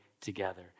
together